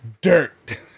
Dirt